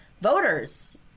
voters